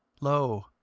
Lo